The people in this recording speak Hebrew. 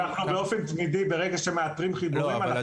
באופן תמידי ברגע שמאתרים חיבורים, אנחנו פועלים.